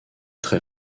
très